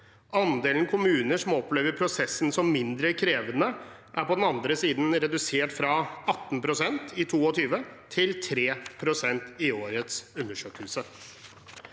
Andelen kommuner som opplever prosessen som mindre krevende, er på den andre siden redusert fra 18 pst. i 2022 til 3 pst. i årets undersøkelse.